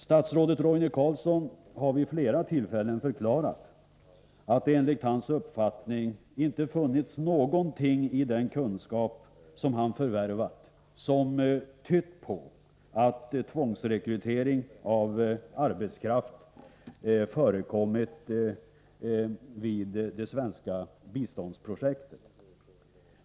Statsrådet Roine Carlsson har vid flera tillfällen förklarat att det enligt hans uppfattning i den kunskap som han förvärvat inte funnits någonting som tytt på att tvångsrekrytering av arbetskraft förekommit vid de svenska biståndsprojekten.